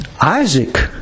Isaac